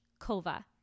kova